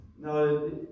No